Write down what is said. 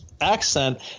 accent